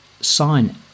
sign